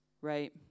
right